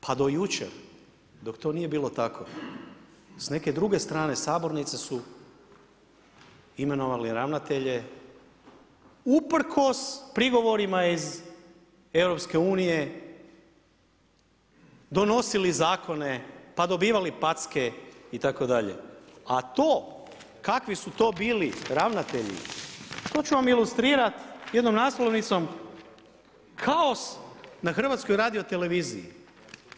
Pa do jučer dok to nije bilo tako, s neke druge strane sabornice su imenovali ravnatelje usprkos prigovorima iz EU-a, donosili zakone pa dobivali packe itd., a to kakvi su to bili ravnatelji, to ću vam ilustrirati jednom naslovnicom „Kaos na HRT-u“